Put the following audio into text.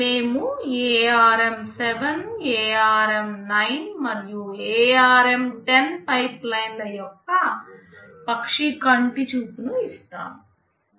మేము ARM7 ARM9 మరియు ARM10 పైప్లైన్ల యొక్క పక్షి కంటి చూపును ఇస్తాము